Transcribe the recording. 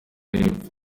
y’epfo